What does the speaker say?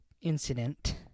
incident